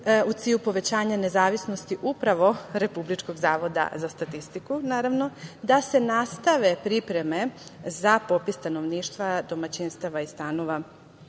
u cilju povećanja nezavisnosti upravo Republičkog zavoda za statistiku, naravno, da se nastave pripreme za popis stanovništva domaćinstava i stanova